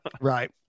Right